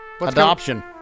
Adoption